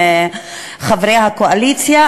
חברי הקואליציה,